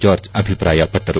George ಅಭಿಪ್ರಾಯಪಟ್ಟರು